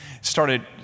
started